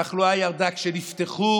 התחלואה ירדה כשנפתחו